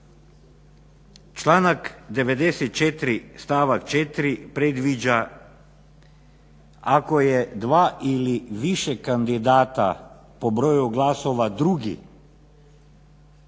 Članak 94. stavak 4. predviđa ako je dva ili više kandidata po broju glasova drugi